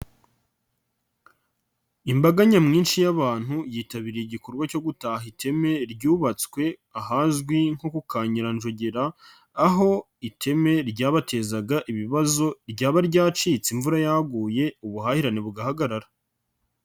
Imbaga nyamwinshi y'abantu yitabiriye igikorwa cyo gutaha iteme ryubatswe ahazwi nko ku kan Nyiranjogera, aho iteme ryabatezaga ibibazo ryaba ryacitse imvura yaguye, ubuhahirane bugahagarara.